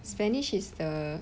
spanish is the